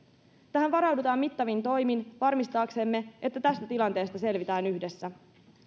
tähän varaudutaan mittavin toimin varmistaaksemme että tästä tilanteesta selvitään yhdessä